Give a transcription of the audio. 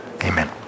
Amen